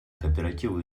кооперативы